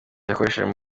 yakoresheje